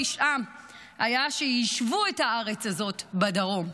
שכל פשעם היה שיישבו את הארץ הזאת בדרום,